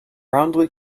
roundly